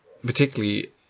particularly